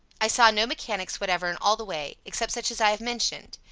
i saw no mechanics whatever in all the way, except such as i have mentioned.